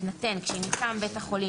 תינתן כשהיא מטעם בית חולים